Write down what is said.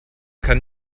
kann